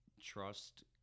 trust